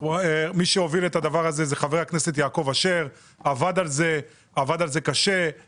מי שהוביל את הדבר הזה ועבד עליו הוא חבר הכנסת יעקב אשר,